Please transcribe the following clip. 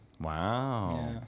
Wow